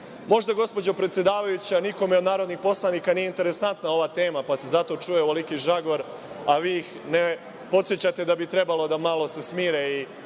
Možda, gospođo predsedavajuća, nikome od narodnih poslanika nije interesantna ova tema, pa se zato čuje ovoliki žagor, a vi ih ne podsećate da bi trebalo da se malo smire